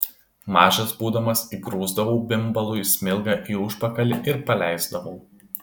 mažas būdamas įgrūsdavau bimbalui smilgą į užpakalį ir paleisdavau